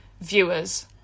viewers